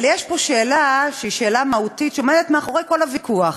אבל יש פה שאלה מהותית, שעומדת מאחורי כל הוויכוח,